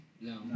No